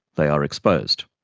they are exposed.